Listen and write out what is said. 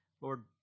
Lord